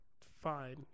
fine